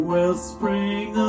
Wellspring